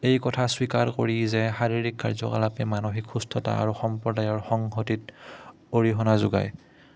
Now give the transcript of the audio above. এই কথা স্বৱীকাৰ কৰি যে শাৰীৰিক কাৰ্যকলাপে মানসিক সুস্থতা আৰু সম্প্ৰদায়ৰ সংঘতিত অৰিহণা যোগায়